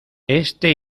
este